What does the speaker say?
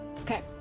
Okay